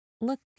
look